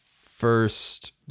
first